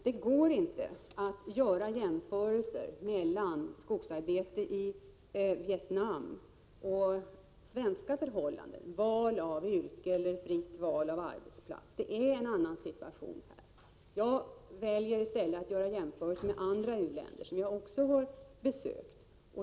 Det går inte att göra jämförelser mellan skogsarbete i Vietnam och svenska förhållanden när det gäller val av yrke eller fritt val av arbetsplats. Det är en annan situation i Vietnam. Jag vill i stället göra jämförelsen med andra u-länder, som jag också har besökt.